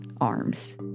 arms